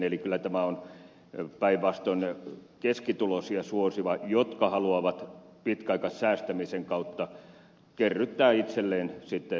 eli kyllä tämä on päinvastoin keskituloisia suosiva jotka haluavat pitkäaikaissäästämisen kautta kerryttää itselleen sitten suurempaa eläkettä